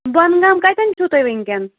بۄن گام کَتیٚن چھُ تُہۍ وُنکیٚن